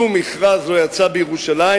שום מכרז לא יצא בירושלים,